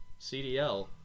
CDL